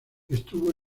estuvo